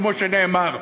כמו שנאמר,